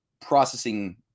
processing